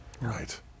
Right